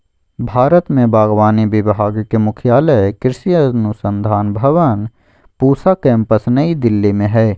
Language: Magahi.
भारत में बागवानी विभाग के मुख्यालय कृषि अनुसंधान भवन पूसा केम्पस नई दिल्ली में हइ